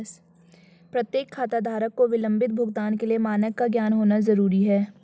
प्रत्येक खाताधारक को विलंबित भुगतान के लिए मानक का ज्ञान होना जरूरी है